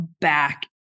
back